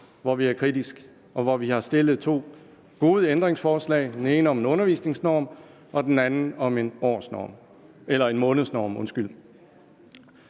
over for, og her har vi stillet to gode ændringsforslag, det ene om en undervisningsnorm og det andet om en månedsnorm.